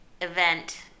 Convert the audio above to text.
event